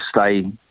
stay